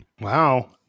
Wow